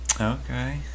Okay